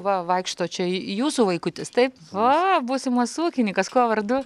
va vaikšto čia jūsų vaikutis taip va būsimas ūkininkas kuo vardu